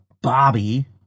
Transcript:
bobby